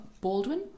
Baldwin